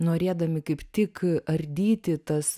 norėdami kaip tik ardyti tas